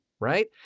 right